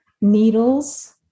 needles